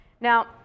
Now